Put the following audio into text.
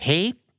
Hate